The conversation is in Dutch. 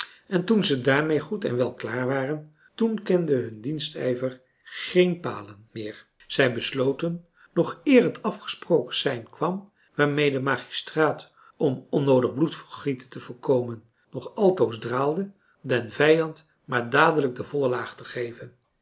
en toen ze daarmee goed en wel klaar waren toen kende hun dienstijver geen palen françois haverschmidt familie en kennissen meer zij besloten nog eer het afgesproken sein kwam waarmee de magistraat om onnoodig bloedvergieten te voorkomen nog altoos draalde den vijand maar dadelijk de volle laag te geven